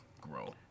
grow